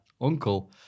uncle